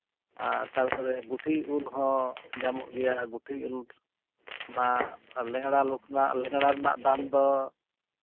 ᱛᱟᱨᱯᱚᱨᱮ ᱜᱩᱴᱷᱤ ᱩᱞ ᱦᱚᱸ ᱧᱟᱢᱚᱜ ᱜᱮᱭᱟ ᱜᱩᱴᱷᱤ ᱩᱞ ᱚᱱᱟ ᱞᱮᱝᱲᱟ ᱞᱚᱠᱠᱷᱱᱟ ᱞᱮᱝᱲᱟ ᱨᱮᱭᱟᱜ ᱫᱟᱢ ᱫᱚ